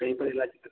कहीं पर इलाज